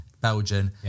Belgian